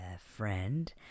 friend